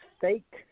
fake